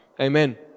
Amen